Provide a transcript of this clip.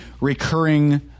recurring